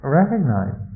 recognize